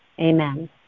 Amen